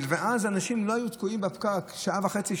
כך שאנשים לא היו תקועים בפקק שעה וחצי,